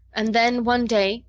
and then, one day,